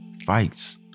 fights